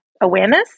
awareness